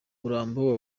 murambo